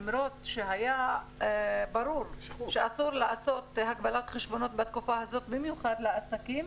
למרות שהיה ברור שאסור לעשות הגבלת חשבונות בתקופה הזאת במיוחד לעסקים,